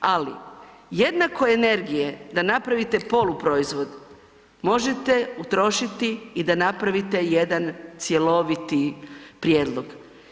Ali, jednako energije da napravite poluproizvod možete utrošiti i da napravite jedan cjeloviti prijedlog.